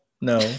no